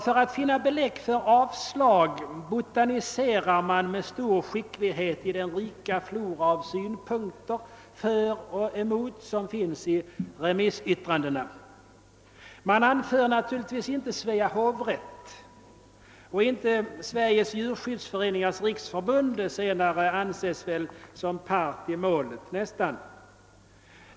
För att finna belägg för avslag botaniserar man med stor skicklighet i den rika flora av synpunkter för och emot som finns i remissyttrandena. Man åberopar naturligtvis inte Svea hovrätt och inte Sveriges Djurskyddsföreningars riksförbund — den senare anses väl nästan som part i målet.